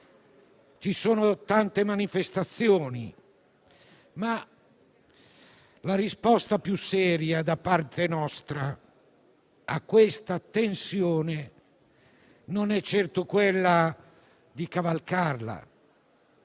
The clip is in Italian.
e sono tante le manifestazioni in atto, ma la risposta più seria da parte nostra alla tensione non è certo quella di cavalcarla.